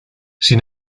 sin